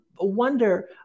wonder